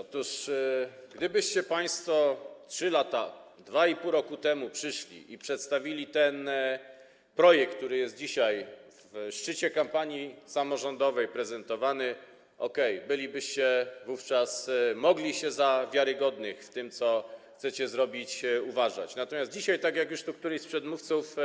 Otóż gdybyście państwo 3 lata temu, 2,5 roku temu przyszli i przedstawili ten projekt, który jest dzisiaj w szczycie kampanii samorządowej prezentowany, to okej, moglibyście wówczas uważać się za wiarygodnych, w tym, co chcecie zrobić, natomiast dzisiaj - tak jak już tu któryś z przedmówców